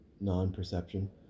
non-perception